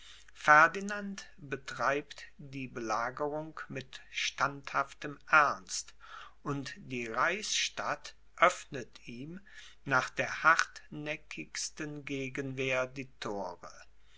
ferdinand betreibt die belagerung mit standhaftem ernst und die reichsstadt öffnet ihm nach der hartnäckigsten gegenwehr die thore